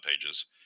pages